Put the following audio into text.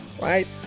right